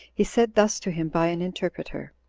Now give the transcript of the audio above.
he said thus to him by an interpreter